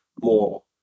more